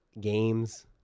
games